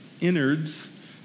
innards